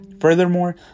Furthermore